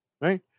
right